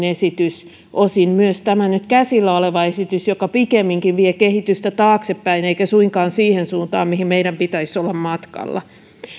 esitys osin myös tämä nyt käsillä oleva esitys joka pikemminkin vie kehitystä taaksepäin eikä suinkaan siihen suuntaan mihin meidän pitäisi olla matkalla